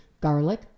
garlic